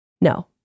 no